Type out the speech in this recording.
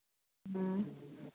हाँ